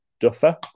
Duffer